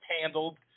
handled